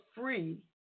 free